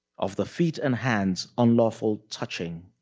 of the feet and hands, unlawful touching,